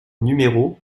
numéro